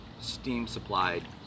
steam-supplied